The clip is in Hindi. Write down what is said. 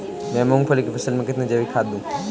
मैं मूंगफली की फसल में कितनी जैविक खाद दूं?